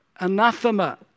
anathema